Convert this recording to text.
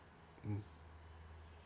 mm